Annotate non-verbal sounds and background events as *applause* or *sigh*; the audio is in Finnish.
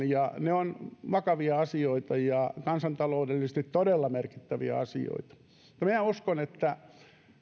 *unintelligible* ja ne ovat vakavia asioita ja kansantaloudellisesti todella merkittäviä asioita minä uskon että